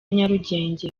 nyarugenge